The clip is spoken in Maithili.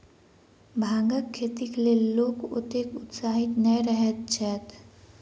भांगक खेतीक लेल लोक ओतेक उत्साहित नै रहैत छैथ